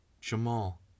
Jamal